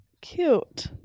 Cute